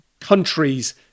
countries